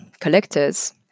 collectors